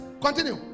continue